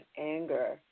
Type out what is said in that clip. anger